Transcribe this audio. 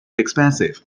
expensive